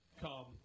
come